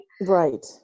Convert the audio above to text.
right